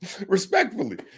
Respectfully